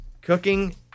Cooking